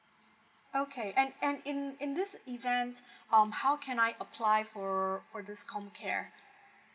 okay and and in in in this event um how can I apply for for this comcare